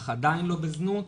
אך עדיין לא בזנות,